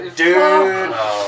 dude